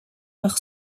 par